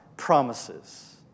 Promises